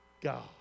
God